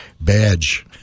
Badge